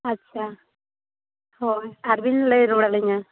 ᱟᱪᱪᱷᱟ ᱦᱳᱭ ᱟᱨᱵᱤᱱ ᱞᱟᱹᱭ ᱨᱩᱭᱟᱹᱲ ᱟᱹᱞᱤᱧᱟ